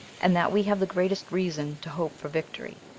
and that we have the greatest reason to hope for victory.